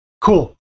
Cool